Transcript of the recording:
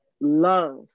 love